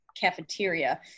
cafeteria